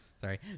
Sorry